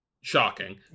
Shocking